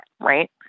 right